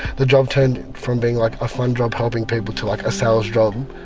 the job turned from being like a fun job helping people to like a sales job,